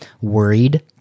worried